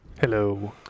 Hello